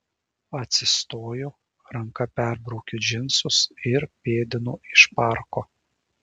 atsistoju ranka perbraukiu džinsus ir pėdinu iš parko